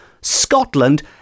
Scotland